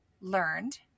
learned